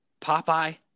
popeye